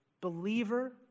Believer